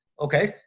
okay